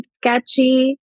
sketchy